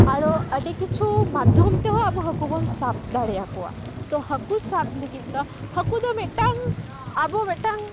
ᱟᱨᱚ ᱟᱹᱰᱤ ᱠᱤᱪᱷᱩ ᱢᱟᱫᱽᱫᱷᱚᱢ ᱛᱮᱦᱚᱸ ᱟᱵᱚ ᱦᱟᱹᱠᱩ ᱵᱚᱱ ᱥᱟᱵ ᱫᱟᱲᱮᱭᱟᱠᱚᱣᱟ ᱛᱳ ᱦᱟᱹᱠᱩ ᱥᱟᱵ ᱞᱟᱹᱜᱤᱫ ᱫᱚ ᱦᱟᱹᱠᱩ ᱫᱚ ᱢᱤᱫᱴᱟᱝ ᱟᱵᱚ ᱢᱤᱫᱴᱟᱝ